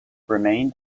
remained